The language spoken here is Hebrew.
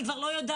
אני לא יודעת,